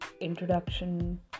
introduction